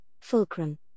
fulcrum